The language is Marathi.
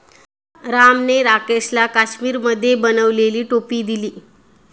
रामने राकेशला काश्मिरीमध्ये बनवलेली टोपी दिली